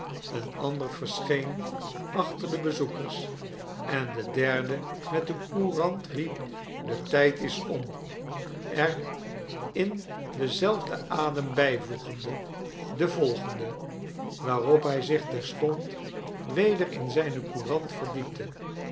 een andere verscheen achter de bezoekers en de derde met de courant riep de tijd is om er in denzelfden adem bijvoegende de volgende waarop hij zich terstond weder in zijne courant verdiepte